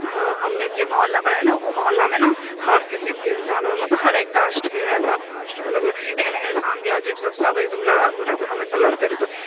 हमे जाहि मोहल्लामे रहिए ने ओ मोहल्लामे ने हर किसिमके इन्सान मतलब हरेक कास्टके सब कास्ट अलग अलग लेकिन इन्सान भी अजीब सब सब एकदम लड़ाकू टाइपके हमेशा लड़िते रहितए